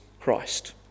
Christ